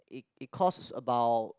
it it costs about